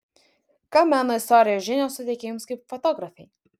ką meno istorijos žinios suteikia jums kaip fotografei